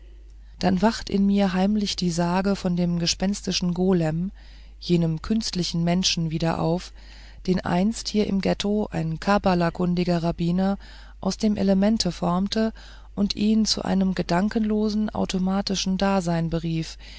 dann wacht in mir heimlich die sage von dem gespenstischen golem jenem künstlichen menschen wieder auf den einst hier im ghetto ein kabbalakundiger rabbiner aus dem elemente formte und ihn zu einem gedankenlosen automatischen dasein berief